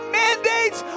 mandates